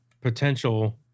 potential